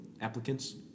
applicants